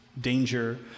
danger